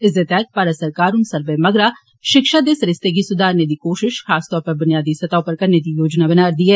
इसदे तैहत भारत सरकार हुन सर्वे मगरा शिक्षा दे सरीसते गी सुधारने दी कोश्श खास तौर उप्पर बुनियादी स्तह उप्पर करने दी योजना बना रदी ऐ